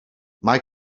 mae